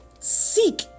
Seek